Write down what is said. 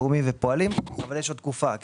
לאומי ופועלים אבל יש עוד תקופה.